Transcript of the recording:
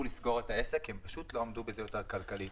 לסגור את העסק כי הם לא עמדו בעול הכלכלי.